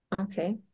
Okay